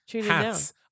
Hats